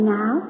now